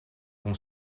bon